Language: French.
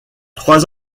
trois